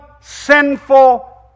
sinful